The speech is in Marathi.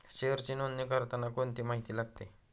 शेअरची नोंदणी करताना कोणती माहिती लागते?